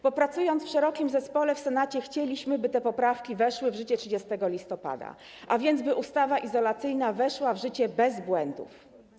Pracując w szerokim zespole w Senacie, chcieliśmy, by te poprawki weszły w życie 30 listopada, by ustawa izolacyjna weszła w życie bez błędów.